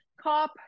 cop